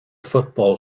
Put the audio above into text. football